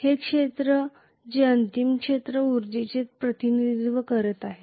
हे क्षेत्र जे अंतिम क्षेत्र ऊर्जेचे प्रतिनिधित्व करीत आहे